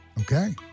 Okay